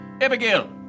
Abigail